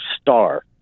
star